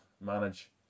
manage